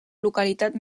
localitat